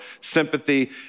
sympathy